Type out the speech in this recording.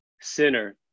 sinner